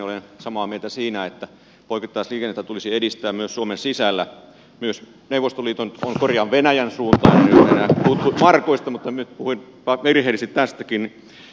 olen samaa mieltä siitä että poikittaisliikennettä tulisi edistää myös suomen sisällä myös neuvostoliiton korjaan venäjän suuntaan täällä on puhuttu markoista mutta nyt puhuin virheellisesti tästä